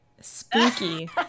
Spooky